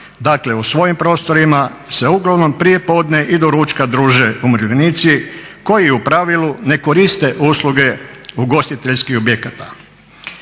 dakle u svojim prostorima se uglavnom prijepodne i do ručka druže umirovljenici koji u pravilu ne koriste usluge ugostiteljskih objekata.